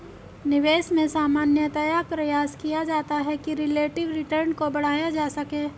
निवेश में सामान्यतया प्रयास किया जाता है कि रिलेटिव रिटर्न को बढ़ाया जा सके